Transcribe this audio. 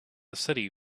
city